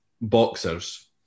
boxers